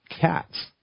cats